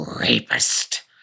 rapist